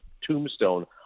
tombstone